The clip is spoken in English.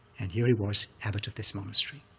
and here he was, abbot of this monastery,